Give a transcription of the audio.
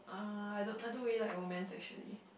uh I don't I don't really like romance actually